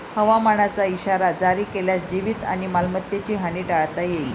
हवामानाचा इशारा जारी केल्यास जीवित आणि मालमत्तेची हानी टाळता येईल